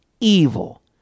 evil